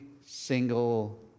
single